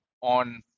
on